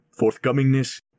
forthcomingness